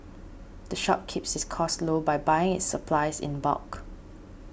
the shop keeps its costs low by buying its supplies in bulk